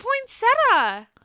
poinsettia